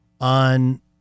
on